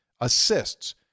Assists